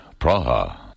Praha